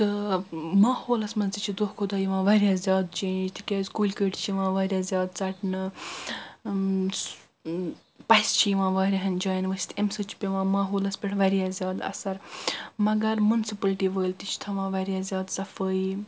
تہٕ ماحولس منٛز تہِ چھ دۄہ کھۅتہٕ دۄہ یوان واریاہ زیادٕ چینج تہِ کیٛاز کُلۍ کٔٹۍ چھ یوان واریاہن زیادٕ ژٹنہٕ پسہِ چھ یوان واریاہن جاین ؤسِتھ اَمہِ سۭتۍ چھُ پٮ۪وان ماحولس پٮ۪ٹھ واریاہ زیادٕ اَثر مگر مُنسپلٹۍ وٲلۍ تہِ چھِ تھاوان واریاہ زیادٕ صفٲیۍ